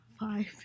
Five